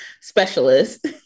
specialist